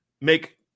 make –